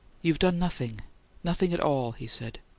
you've done nothing nothing at all, he said.